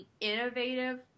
innovative